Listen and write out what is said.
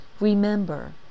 Remember